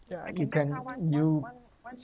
yeah you can yield